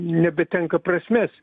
nebetenka prasmės